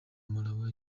malawi